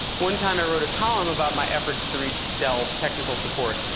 one time i wrote a column about my efforts to reach dell technical support,